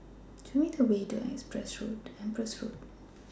Show Me The Way to Empress Road